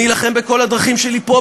אני אלחם בכל הדרכים שלי פה,